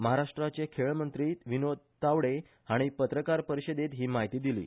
महाराष्ट्राचे खेळामंत्री विनोद तावडे हाणी पत्रकार परिषदेत ही म्हायती दिली